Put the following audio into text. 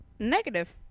Negative